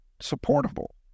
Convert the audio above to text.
supportable